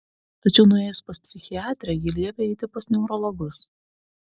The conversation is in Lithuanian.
tačiau nuėjus pas psichiatrę ji liepė eiti pas neurologus